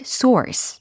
source